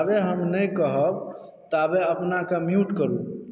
जाबे हम नइँ कहब ताबे अपनाके म्यूट करू